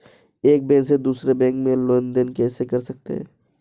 एक बैंक से दूसरे बैंक में लेनदेन कैसे कर सकते हैं?